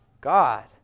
God